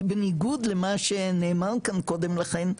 כי בניגוד למה שנאמר כאן קודם לכן,